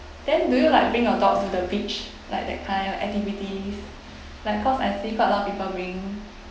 then do you like bring your dog to the beach like that kind of activities like cause I see quite a lot of people bring